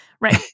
Right